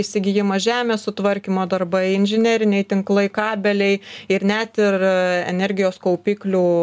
įsigijimas žemės sutvarkymo darbai inžineriniai tinklai kabeliai ir net ir energijos kaupiklių